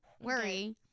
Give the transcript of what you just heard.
worry